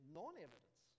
non-evidence